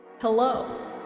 Hello